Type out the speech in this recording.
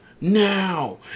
now